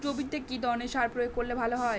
জমিতে কি ধরনের সার প্রয়োগ করলে ভালো হয়?